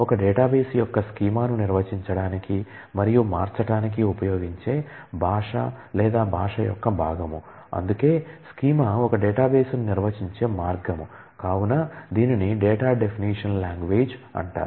DDL data definition language అంటారు